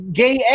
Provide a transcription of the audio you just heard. gay